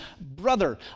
brother